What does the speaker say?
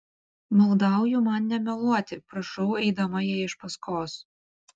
maldauju man nemeluoti prašau eidama jai iš paskos